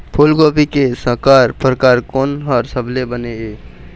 फूलगोभी के संकर परकार कोन हर सबले बने ये?